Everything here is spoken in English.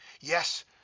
Yes